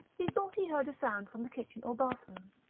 he thought he heard a sound from the kitchen or bathroom.